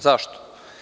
Zašto?